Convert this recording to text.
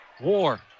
War